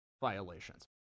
violations